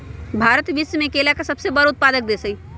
भारत विश्व में केला के सबसे बड़ उत्पादक देश हई